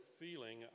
feeling